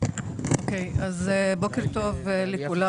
בוקר טוב לכולם.